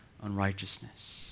unrighteousness